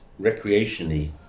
recreationally